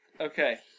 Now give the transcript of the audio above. Okay